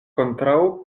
kontraŭ